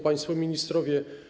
Państwo Ministrowie!